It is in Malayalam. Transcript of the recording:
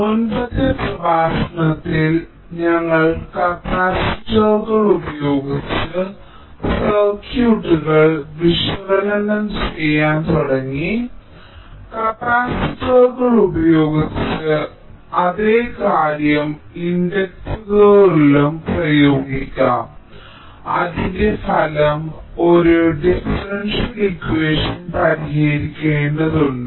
മുമ്പത്തെ പ്രഭാഷണത്തിൽ ഞങ്ങൾ കപ്പാസിറ്ററുകൾ ഉപയോഗിച്ച് സർക്യൂട്ടുകൾ വിശകലനം ചെയ്യാൻ തുടങ്ങി കപ്പാസിറ്ററുകൾ ഉപയോഗിച്ച് അതേ കാര്യം ഇൻഡക്ടറുകളിലും പ്രയോഗിക്കും അതിന്റെ ഫലം ഒരു ഡിഫറൻഷ്യൽ ഇക്വഷൻ പരിഹരിക്കേണ്ടതുണ്ട്